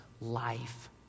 life